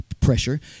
pressure